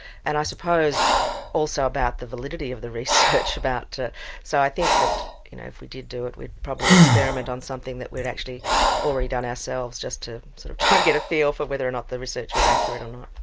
and i suppose also about the validity of the research. so i think that you know if we did do it, we'd probably experiment on something that we'd actually already done ourselves, just to sort of try and get a feel for whether or not the research was accurate or not.